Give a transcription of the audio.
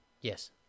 Yes